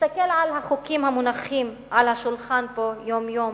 תסתכל על החוקים המונחים על השולחן פה יום-יום